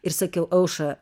ir sakiau aušra